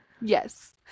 Yes